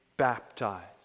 Baptized